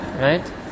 right